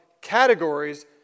categories